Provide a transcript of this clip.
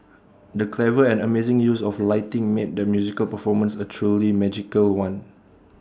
the clever and amazing use of lighting made the musical performance A truly magical one